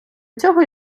цього